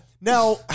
Now